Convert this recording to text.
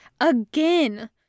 again